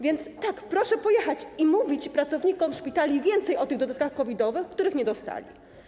Więc tak, proszę pojechać i mówić pracownikom szpitali więcej o tych dodatkach COVID-owych, których nie dostali.